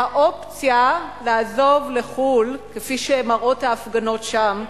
והאופציה לעזוב לחוץ-לארץ, כפי שמראות ההפגנות שם,